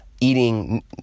eating